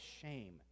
shame